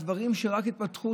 דברים שרק התפתחו,